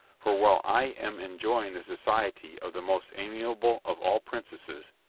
for, while i am enjoying the society of the most amiable of all princesses,